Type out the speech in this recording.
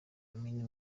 amin